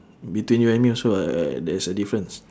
between you and me also uh there's a difference